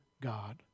God